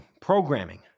programming